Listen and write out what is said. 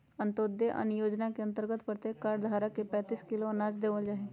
अंत्योदय अन्न योजना के अंतर्गत प्रत्येक कार्ड धारक के पैंतीस किलो अनाज देवल जाहई